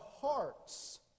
hearts